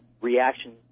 reaction